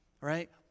right